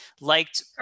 liked